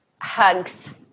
Hugs